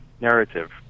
narrative